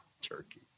Turkey